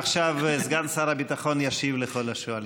עכשיו סגן שר הביטחון ישיב לכל השואלים.